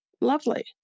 lovely